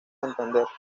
santander